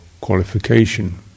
qualification